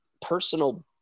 personal